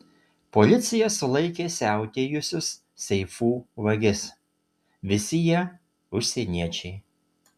policija sulaikė siautėjusius seifų vagis visi jie užsieniečiai